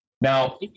now